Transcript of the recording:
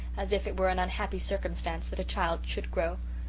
as if it were an unhappy circumstance that a child should grow.